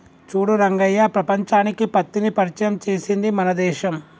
చూడు రంగయ్య ప్రపంచానికి పత్తిని పరిచయం చేసింది మన దేశం